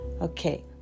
Okay